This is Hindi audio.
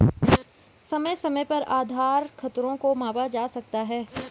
समय समय पर आधार खतरों को मापा जा सकता है